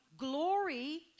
glory